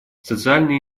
социальные